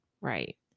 right